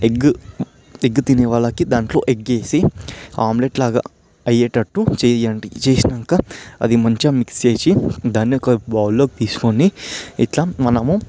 egg egg తినేవాళ్ళకి దాంట్లో ఎగ్గేసి ఆమ్లెట్ లాగా అయ్యేటట్టు చేయండి చేసాక అది మంచిగా మిక్స్ చేసి దాన్ని ఒక బౌల్లోకి తీసుకొని ఇలా మనము